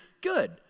good